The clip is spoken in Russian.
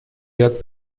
ряд